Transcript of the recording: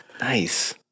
nice